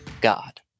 God